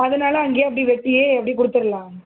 அதனாலே அங்கேயே அப்படி வெட்டியே அப்டேயே கொடுத்துர்லாம்